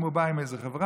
אם הוא בא עם איזו חברה,